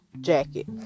jacket